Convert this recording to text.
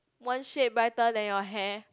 one shade brighter than your hair